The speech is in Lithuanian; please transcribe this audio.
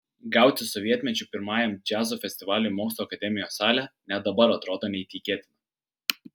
gauti sovietmečiu pirmajam džiazo festivaliui mokslų akademijos salę net dabar atrodo neįtikėtina